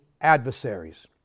adversaries